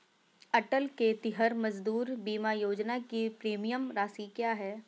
अटल खेतिहर मजदूर बीमा योजना की प्रीमियम राशि क्या है?